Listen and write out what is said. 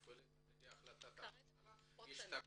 שמופעלת על-ידי החלטת הממשלה יש תקציב.